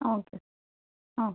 okay okay